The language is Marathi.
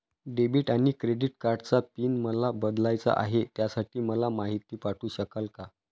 डेबिट आणि क्रेडिट कार्डचा पिन मला बदलायचा आहे, त्यासाठी मला माहिती पाठवू शकाल का?